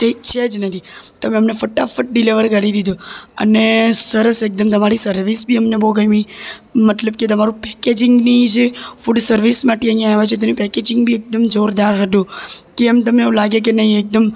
તે છે જ નથી તમે અમને ફટાફટ ડિલેવર કરી દીધો અને સરસ એકદમ તમારી સર્વિસ બી અમને બહુ ગમી મતલબ કે તમારું પેકેજિંગની જે ફૂડ સર્વિસ માટે અહીંયાં આયવા છીએ તો એની પેકેજિંગ બી એકદમ જોરદાર હતું કે એમ તમે એવું લાગે કે નહીં એકદમ